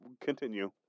Continue